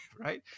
right